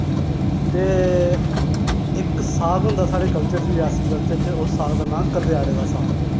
ते इक साग होंदा साढ़े कल्चर च रेआसी कल्चर च उस साग दा नां करत्याड़े दा साग